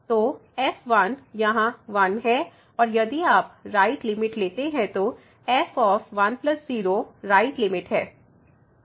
तो f यहाँ 1 है और यदि आप राइट लिमिट लेते हैं तो f 1 0 राइट लिमिट है